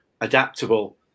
adaptable